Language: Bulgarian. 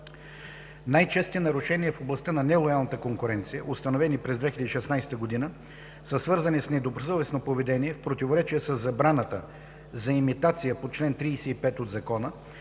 Най-честите нарушения в областта на нелоялната конкуренция, установени през 2016 г., са свързани с недобросъвестно поведение в противоречие със забраната за имитация по чл. 35 от Закона,